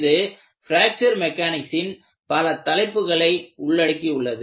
இது பிராக்சர் மெக்கானிக்ஸின் பல தலைப்புகளை உள்ளடக்கியுள்ளது